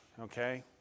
okay